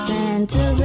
Santa